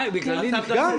אה, בגללי נקלענו?